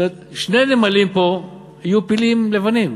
זאת אומרת, שני נמלים פה יהיו פילים לבנים